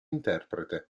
interprete